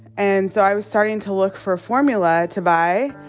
and so, i was starting to look for formula to buy,